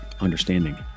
understanding